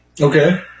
Okay